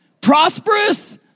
prosperous